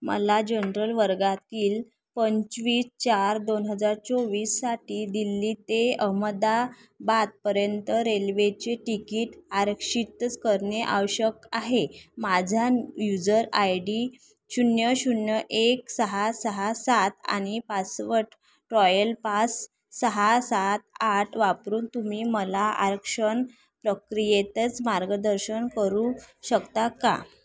मला जनरल वर्गातील पंचवीस चार दोन हजार चोवीससाठी दिल्ली ते अहमदाबादपर्यंत रेल्वेचे तिकीट आरक्षितच करणे आवश्यक आहे माझा युजर आय डी शून्य शून्य एक सहा सहा सात आणि पासवट रॉयल पास सहा सात आठ वापरून तुम्ही मला आरक्षण प्रक्रियेतच मार्गदर्शन करू शकता का